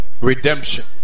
redemption